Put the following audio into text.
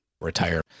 retire